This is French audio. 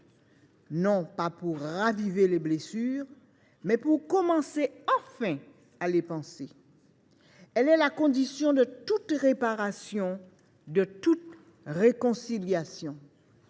non pas pour raviver les blessures, mais à l’inverse pour commencer, enfin, à les panser. Elle est la condition de toute réparation, de toute réconciliation.